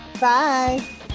Bye